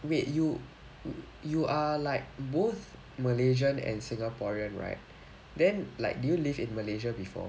wait you you are like both malaysian and singaporean right then like do you live in malaysia before